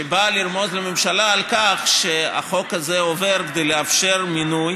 שבאה לרמוז לממשלה על כך שהחוק הזה עובר כדי לאפשר מינוי